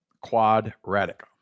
Quadratic